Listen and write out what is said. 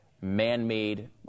man-made